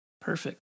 Perfect